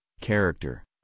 character